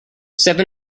seven